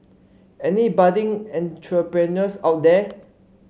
any budding entrepreneurs out there